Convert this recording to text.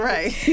Right